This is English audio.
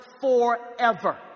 forever